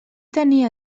tenia